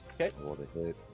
Okay